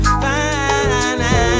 fine